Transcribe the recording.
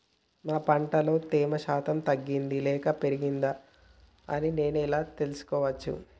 నా పంట లో తేమ శాతం తగ్గింది లేక పెరిగింది అని నేను ఎలా తెలుసుకోవచ్చు?